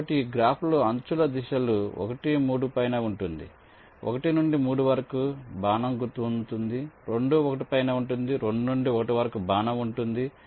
కాబట్టి ఈ గ్రాఫ్లో అంచుల దిశలు 1 3 పైన ఉంటుంది 1 నుండి 3 వరకు బాణం ఉంటుంది 2 1 పైన ఉంటుంది 2 నుండి 1 వరకు బాణం ఉంటుంది